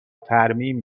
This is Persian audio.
ترمیم